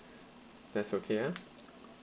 that's okay ah